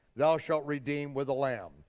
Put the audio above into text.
thou shalt redeem with a lamb.